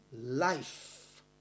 life